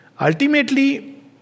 Ultimately